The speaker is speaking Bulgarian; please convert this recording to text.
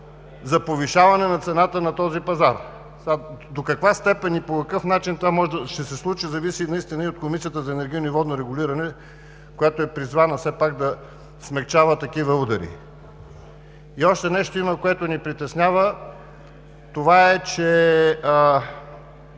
за повишаване цената на този пазар. До каква степен и по какъв начин това ще се случи, зависи и от Комисията за енергийно и водно регулиране, която е призвана все пак да смекчава такива удари. И още нещо има, което ни притеснява. Ние